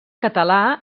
català